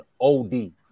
OD